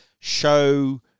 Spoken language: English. show